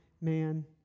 man